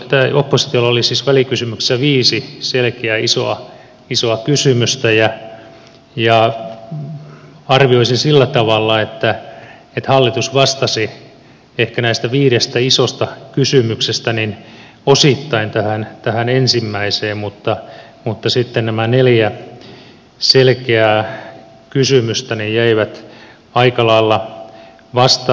oppositiolla oli siis välikysymyksessä viisi selkeää isoa kysymystä ja arvioisin sillä tavalla että hallitus vastasi ehkä näistä viidestä isosta kysymyksestä osittain tähän ensimmäiseen mutta sitten nämä neljä selkeää kysymystä jäivät aika lailla vastauksia auki